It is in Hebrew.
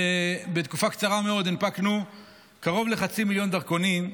ובתקופה קצרה מאוד הנפקנו קרוב לחצי מיליון דרכונים,